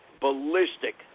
ballistic